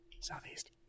southeast